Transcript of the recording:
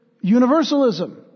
universalism